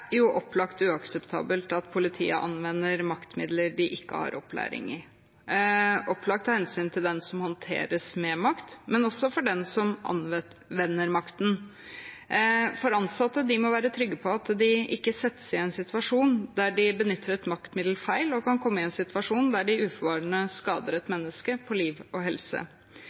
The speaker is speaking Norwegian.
opplagt uakseptabelt at politiet anvender maktmidler de ikke har opplæring i, opplagt av hensyn til den som håndteres med makt, men også for den som anvender makten. Ansatte må være trygge på at de ikke settes i en situasjon der de benytter et maktmiddel feil og uforvarende kan komme til å skade et menneske på liv og helse.